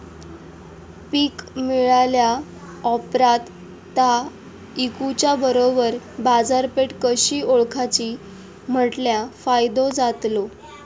पीक मिळाल्या ऑप्रात ता इकुच्या बरोबर बाजारपेठ कशी ओळखाची म्हटल्या फायदो जातलो?